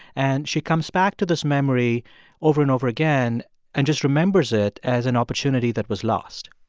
and she comes back to this memory over and over again and just remembers it as an opportunity that was lost